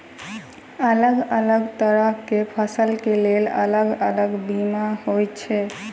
अलग अलग तरह केँ फसल केँ लेल अलग अलग बीमा होइ छै?